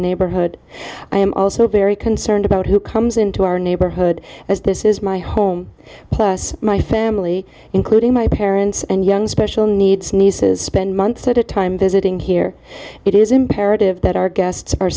neighborhood i am also very concerned about who comes into our neighborhood as this is my home my family including my parents and young special needs nieces spend months at a time visiting here it is imperative that our guests are